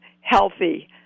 healthy